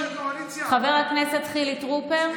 חבר הכנסת חילי טרופר.